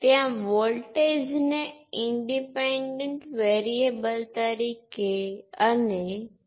કેટલાક સંદર્ભોમાં સમાન સંબંધો માટે સર્કિટ રજૂઆત કરવી ઉપયોગી છે તે જ આપણે આ લેશનમાં જોવા જઈ રહ્યા છીએ